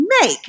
make